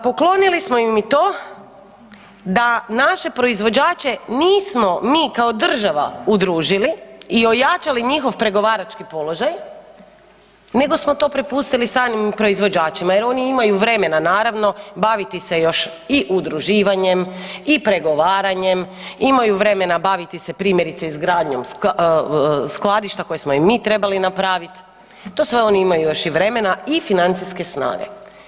Poklonili smo im i to da naše proizvođače nismo mi kao država udružili i ojačali njihov pregovarački položaj nego smo to prepustili samim proizvođačima jer oni imaju vremena naravno baviti se još i udruživanjem i pregovaranjem, imaju vremena baviti se primjerice izgradnjom skladišta koje smo im mi trebali napravit, to sve oni imaju još i vremena i financijske snage.